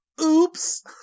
oops